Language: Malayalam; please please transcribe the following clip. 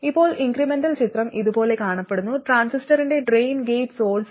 ഇപ്പോൾ ഇൻക്രെമെന്റൽ ചിത്രം ഇതുപോലെ കാണപ്പെടുന്നു ട്രാൻസിസ്റ്ററിന്റെ ഡ്രെയിൻ ഗേറ്റ് സോഴ്സ്